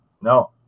No